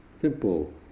simple